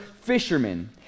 fishermen